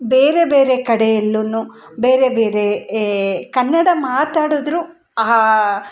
ಬೇರೆ ಬೇರೆ ಕಡೆಯಲ್ಲು ಬೇರೆ ಬೇರೆ ಏ ಕನ್ನಡ ಮಾತಾಡಿದ್ರು